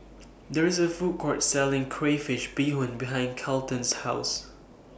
There IS A Food Court Selling Crayfish Beehoon behind Kolton's House